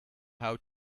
how